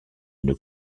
une